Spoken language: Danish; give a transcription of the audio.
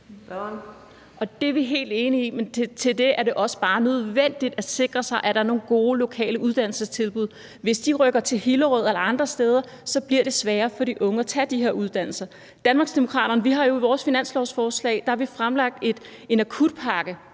Det er vi helt enige i, men til det vil jeg sige, at det også bare er nødvendigt at sikre sig, at der er nogle gode lokale uddannelsestilbud. Hvis de rykker til Hillerød eller andre steder, bliver det sværere for de unge at tage de her uddannelser. Vi har jo i Danmarksdemokraterne i vores finanslovsforslag fremlagt en akutpakke